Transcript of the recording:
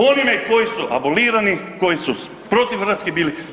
Onima koji su abolirani, koji su protiv Hrvatske bili.